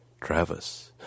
Travis